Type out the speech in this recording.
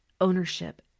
ownership